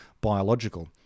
biological